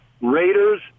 Raiders